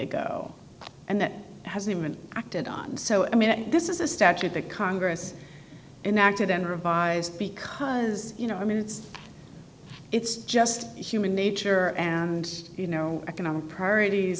ago and that hasn't acted on so i mean this is a statute that congress and acted in revised because you know i mean it's it's just human nature and you know economic priorities